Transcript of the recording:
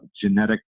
genetic